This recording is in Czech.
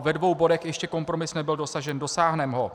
Ve dvou bodech ještě kompromis nebyl dosažen, dosáhneme ho.